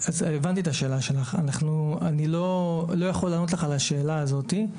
לא יכול לענות לך על השאלה הזאת.